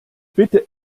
bitte